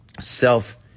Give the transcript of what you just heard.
self